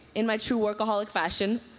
in my true workaholic fashion,